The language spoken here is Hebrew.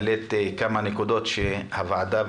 העלית כמה נקודות שהוועדה התייחסה אליהם,